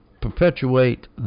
perpetuate